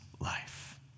life